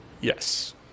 Yes